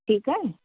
ठीकु आहे